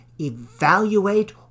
evaluate